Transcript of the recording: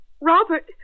Robert